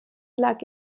lag